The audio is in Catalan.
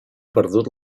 perdut